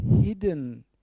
hidden